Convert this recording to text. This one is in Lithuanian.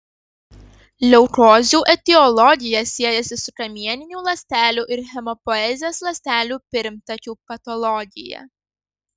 leukozių etiologija siejasi su kamieninių ląstelių ir hemopoezės ląstelių pirmtakių patologija